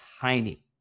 tiny